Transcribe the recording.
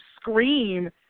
scream